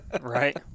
Right